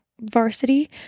varsity